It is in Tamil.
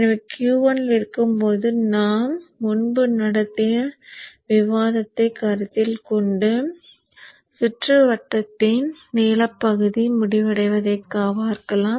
எனவே Q 1 இல் இருக்கும் போது நாம் முன்பு நடத்திய விவாதத்தைக் கருத்தில் கொண்டு சுற்றுவட்டத்தின் நீலப் பகுதி முடிவடைவதைக் பார்க்கலாம்